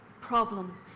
problem